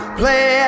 play